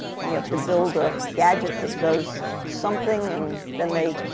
and you have to build a gadget that does something. and then, they